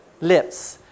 Lips